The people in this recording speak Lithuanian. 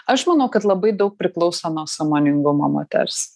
aš manau kad labai daug priklauso nuo sąmoningumo moters